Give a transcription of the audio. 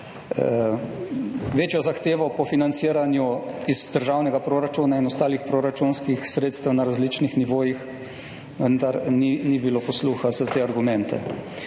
večjo zahtevo po financiranju iz državnega proračuna in ostalih proračunskih sredstev na različnih nivojih, vendar ni bilo posluha za te argumente.